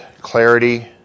clarity